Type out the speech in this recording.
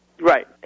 Right